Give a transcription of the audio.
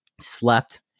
slept